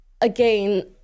again